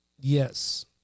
yes